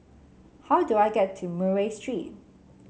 how do I get to Murray Street